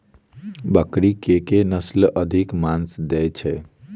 बकरी केँ के नस्ल अधिक मांस दैय छैय?